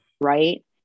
right